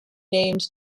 named